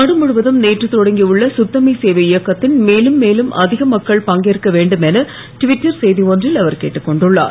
நாடு முழுவதும் நேற்று தொடங்கியுள்ள சுத்தமே சேவை இயக்கத்தின் மேலும் அதிக மக்கள் பங்கேற்க வேண்டும் என ட்விட்டர் செய்தி ஒன்றில் அவர் கேட்டுக் கொண்டுள்ளார்